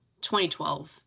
2012